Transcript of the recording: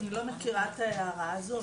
אני לא מכירה את ההערה הזאת.